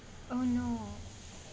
oh no